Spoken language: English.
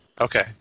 Okay